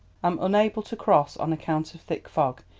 am unable to cross on account of thick fog.